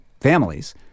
families